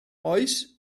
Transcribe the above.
oes